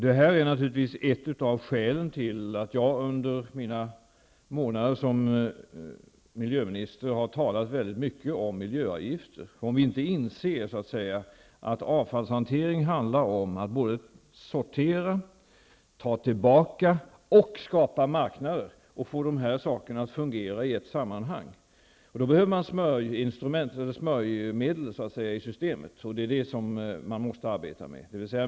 Det här är naturligtvis ett av skälen till att jag under mina månader som miljöminister har talat väldigt mycket om miljöavgifter. Det gäller att inse att avfallshantering handlar om att sortera, ta tillbaka och skapa marknader och att få de sakerna att fungera i ett sammanhang. Då behöver man så att säga smörjmedel i systemet, och det är detta man måste arbeta med.